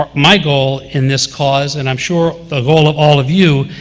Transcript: um my goal in this cause, and i'm sure the goal of all of you,